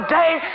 day